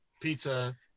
pizza